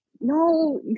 no